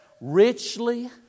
richly